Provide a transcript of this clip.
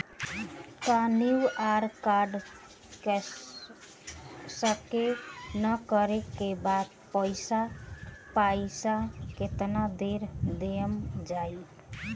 QR code scan करे क बाद पइसा केतना देर म जाई?